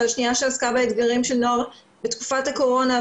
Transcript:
והשנייה שעסקה באתגרים של הנוער בתקופת הקורונה,